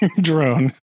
drone